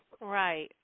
right